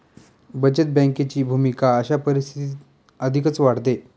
बचत बँकेची भूमिका अशा परिस्थितीत अधिकच वाढते